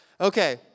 Okay